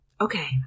okay